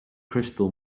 crystal